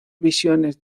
visiones